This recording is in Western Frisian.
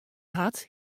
hat